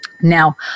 Now